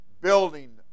building